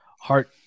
heart